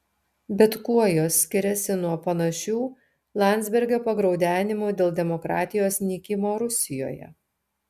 bet kuo jos skiriasi nuo panašių landsbergio pagraudenimų dėl demokratijos nykimo rusijoje